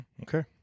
Okay